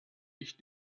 ich